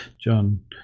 John